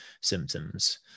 symptoms